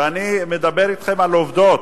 ואני מדבר אתכם על עובדות,